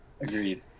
Agreed